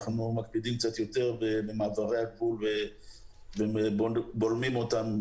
אנחנו מקפידים קצת יותר במעברי הגבול ובולמים כבר